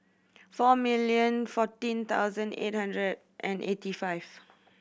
four million fourteen thousand eight hundred and eighty five